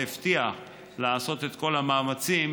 והבטיח לעשות את כל המאמצים